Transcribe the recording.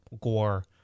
Gore